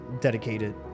Dedicated